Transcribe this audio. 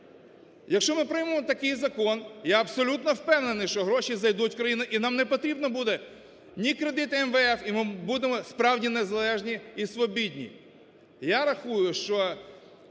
Якщо ми приймемо такий закон, я абсолютно впевнений, що гроші зайдуть в країну - і нам не потрібні будуть ні кредити МВФ, і будемо справді незалежні і свобідні. Я рахую, що